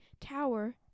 tower